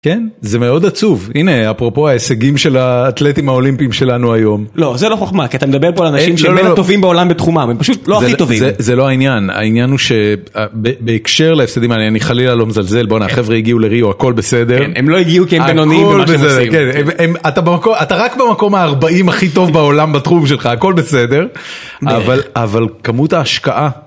כן זה מאוד עצוב הנה אפרופו ההישגים של האתלטים האולימפיים שלנו היום. לא זה לא חוכמה כי אתה מדבר פה על אנשים שהם בין הטובים בעולם בתחומם הם פשוט לא הכי טובים. זה לא העניין העניין הוא שבהקשר להפסדים אני חלילה לא מזלזל בוא'נה החבר'ה הגיעו לריו הכל בסדר. הם לא הגיעו כי הם בינוניים. הכל בסדר אתה רק במקום הארבעים הכי טוב בעולם בתחום שלך הכל בסדר אבל כמות ההשקעה.